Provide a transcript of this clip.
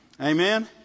Amen